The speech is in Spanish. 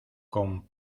con